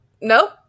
nope